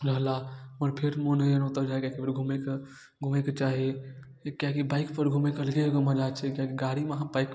रहला मगर फेर मोन होइए ओतऽ जाइके फेर घुमैके घुमैके चाही किएकि बाइकपर घुमैके अलगे एगो मजा छै किएकि गाड़ीमे अहाँ पैक